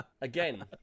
again